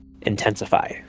intensify